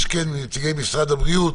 מנציגי משרד הבריאות